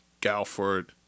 Galford